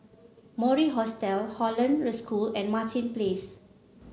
Mori Hostel Hollandse School and Martin Place